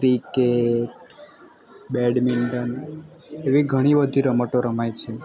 cricket badminton એવી ઘણી બધી રમતો રમાય છે